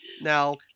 Now